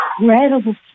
incredible